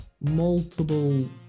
multiple